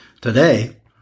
today